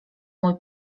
mój